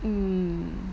um